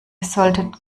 solltet